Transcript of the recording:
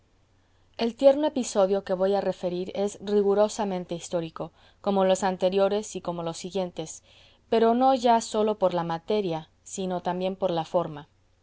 el tierno episodio que voy a referir es rigurosamente histórico como los anteriores y como los siguientes pero no ya sólo por la materia sino también por la forma